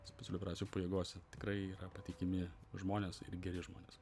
specialių operacijų pajėgose tikrai yra patikimi žmonės ir geri žmonės